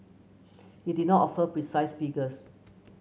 he did not offer precise figures